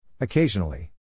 Occasionally